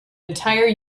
entire